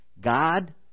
God